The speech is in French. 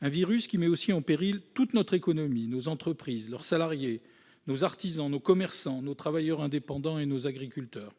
un virus qui met aussi en péril toute notre économie, nos entreprises, leurs salariés, nos artisans, nos commerçants, nos travailleurs indépendants et nos agriculteurs.